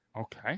Okay